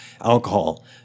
alcohol